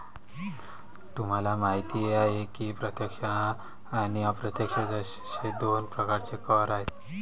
तुम्हाला माहिती आहे की प्रत्यक्ष आणि अप्रत्यक्ष असे दोन प्रकारचे कर आहेत